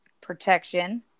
protection